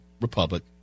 Republic